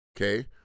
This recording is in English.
okay